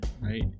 right